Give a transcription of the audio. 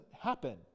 happen